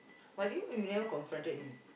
but you you never confronted him